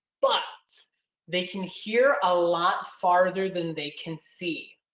but they can hear a lot farther than they can see.